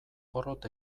porrot